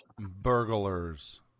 Burglars